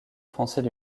français